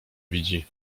widzi